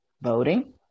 voting